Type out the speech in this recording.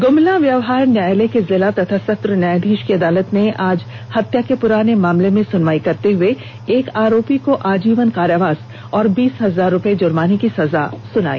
ग्मला व्यवहार न्यायालय के जिला एवं सत्र न्यायाधीष की अदालत ने आज हत्या के पुराने मामले में सुनवाई करते हुए एक आरोपी को आजीवन कारावास और बीस हजार जुर्माने की संजा सुनाई